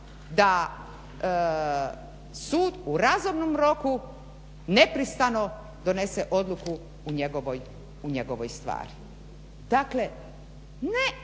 da sud u razumnom roku, nepristrano donese odluku u njegovoj stvari. Dakle, ne